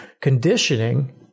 conditioning